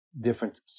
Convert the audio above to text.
different